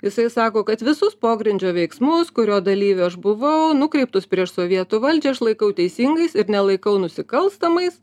jisai sako kad visus pogrindžio veiksmus kurio dalyviu aš buvau nukreiptus prieš sovietų valdžią aš laikau teisingais ir nelaikau nusikalstamais